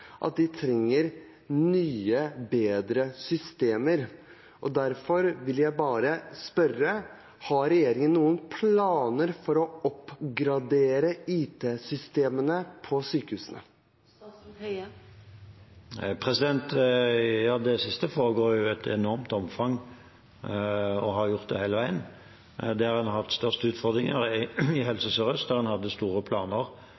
at de trenger nye, bedre systemer. Derfor vil jeg bare spørre: Har regjeringen noen planer for å oppgradere IT-systemene på sykehusene? Det siste foregår i et enormt omfang og har gjort det hele veien. Der man har hatt størst utfordringer, er i Helse Sør-Øst, der man hadde store planer